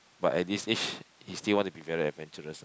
but at this age he still want to be very adventurous ah